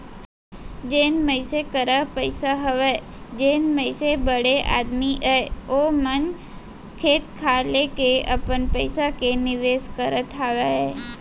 जेन मनसे करा पइसा हवय जेन मनसे बड़े आदमी अय ओ मन खेत खार लेके अपन पइसा के निवेस करत हावय